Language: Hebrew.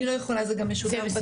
אני לא יכולה, זה גם משודר בטלוויזיה.